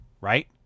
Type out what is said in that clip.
right